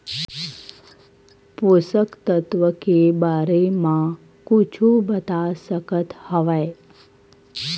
पोषक तत्व के बारे मा कुछु बता सकत हवय?